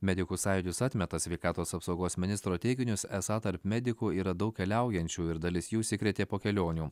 medikų sąjūdis atmeta sveikatos apsaugos ministro teiginius esą tarp medikų yra daug keliaujančių ir dalis jų užsikrėtė po kelionių